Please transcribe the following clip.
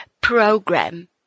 program